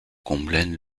combelaine